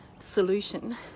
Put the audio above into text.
solution